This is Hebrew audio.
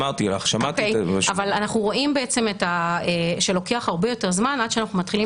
אנחנו רואים בעצם שלוקח הרבה יותר זמן עד שאנחנו מתחילים